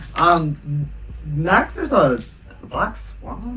um next there's a black swan?